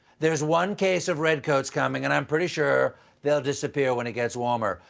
there's one case of redcoats coming and i'm pretty sure they'll disappear when it gets warmer.